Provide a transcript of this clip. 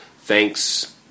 thanks